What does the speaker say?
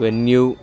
venue